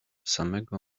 samego